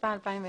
התשפ"א-2020